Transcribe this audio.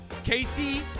Casey